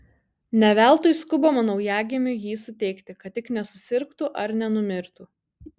ne veltui skubama naujagimiui jį suteikti kad tik nesusirgtų ar nenumirtų